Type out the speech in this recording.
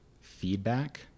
feedback